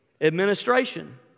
Administration